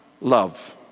love